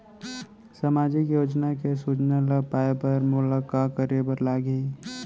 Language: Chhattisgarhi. सामाजिक योजना के सूचना ल पाए बर मोला का करे बर लागही?